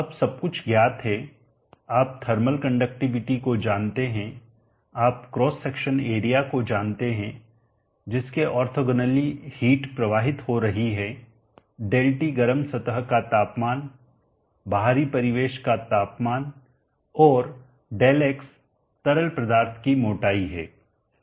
अब सब कुछ ज्ञात हैआप थर्मल कंडक्टिविटी को जानते हैंआप क्रॉस सेक्शन एरिया को जानते हैं जिसके ओर्थोगोनली हिट प्रवाहित हो रही है ΔT गर्म सतह का तापमान बाहरी परिवेश का तापमान और Δx तरल पदार्थ की मोटाई है